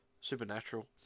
Supernatural